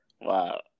Wow